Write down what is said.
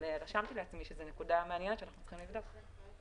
אבל רשמתי לעצמי שזאת נקודה מעניינת ואנחנו צריכים לבדוק אותה.